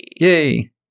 yay